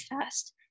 fast